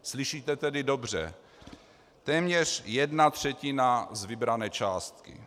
Slyšíte tedy dobře: téměř jedna třetina z vybrané částky!